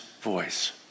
voice